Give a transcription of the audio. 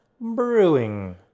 Brewing